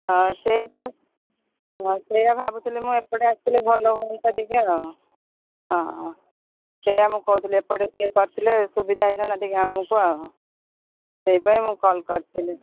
ହଁ ସେଇ ତ ହଁ ସେଇଆ ଭାବୁଥିଲି ମୁଁ ଏପଟେ ଆସିଥିଲେ ଭଲ ହୁଅନ୍ତା ଟିକେ ଆଉ ହଁ ସେଇଆ ମୁଁ କହୁଥିଲି ଏପଟେ ଟିକେ କରିଥିଲେ ସୁବିଧା ହୋଇଥାନ୍ତା ଟିକେ ଆମକୁ ଆଉ ସେଇଥିପାଇଁ ମୁଁ କଲ୍ କରିଥିଲି